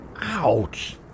Ouch